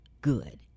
good